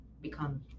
become